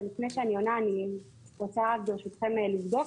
אז לפני שאני עונה אני רוצה ברשותכם לבדוק